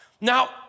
Now